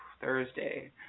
Thursday